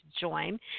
join